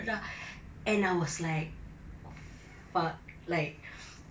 and I was like fuck like